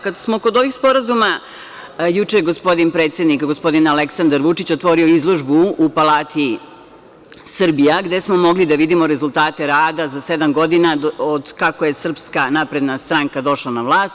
Kada smo kod ovih sporazuma, juče je gospodin predsednik, gospodin Aleksandar Vučić otvorio izložbu u Palati Srbija, gde smo mogli da vidimo rezultate rada za sedam godina, od kako je SNS došla na vlast.